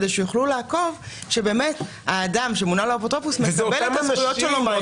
כדי שיוכלו לעקוב שבאמת האדם שמונה לו אפוטרופוס מקבל את הזכויות שלו.